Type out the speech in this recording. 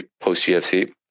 post-GFC